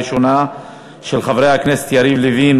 של חבר הכנסת יריב לוין,